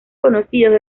conocidos